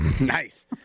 Nice